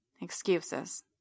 Excuses